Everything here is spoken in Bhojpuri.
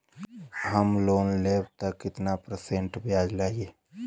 हम लोन लेब त कितना परसेंट ब्याज लागी?